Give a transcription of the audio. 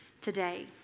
today